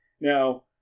Now